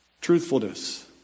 Truthfulness